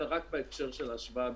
אלא רק בהקשר של ההשוואה הבין-לאומית.